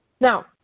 Now